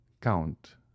count